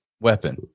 weapon